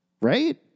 right